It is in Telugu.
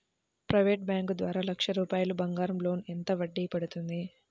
ప్రైవేట్ బ్యాంకు ద్వారా లక్ష రూపాయలు బంగారం లోన్ ఎంత వడ్డీ పడుతుంది?